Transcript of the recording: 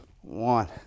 One